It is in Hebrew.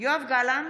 יואב גלנט,